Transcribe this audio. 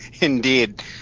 Indeed